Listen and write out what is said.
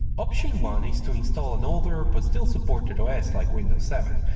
option one is to install an older but still supported ah os like windows seven.